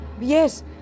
Yes